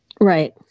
Right